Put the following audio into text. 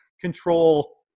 control